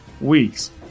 weeks